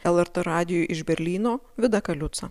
lrt radijui iš berlyno vida kaliuca